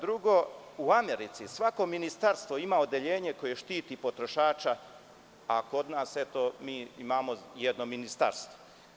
Drugo, u Americi svako ministarstvo ima odeljenje koje štiti potrošača, a kod nas, mi imamo jedno ministarstvo.